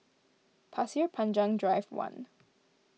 Pasir Panjang Drive one